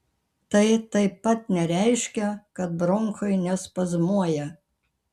tai taip pat nereiškia kad bronchai nespazmuoja